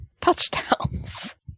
Touchdowns